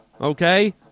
Okay